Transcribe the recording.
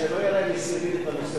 אני מציע שלא, מסירים את הנושא מסדר-היום.